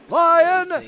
lion